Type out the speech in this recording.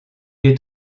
est